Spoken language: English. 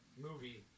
movie